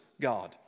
God